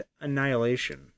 Annihilation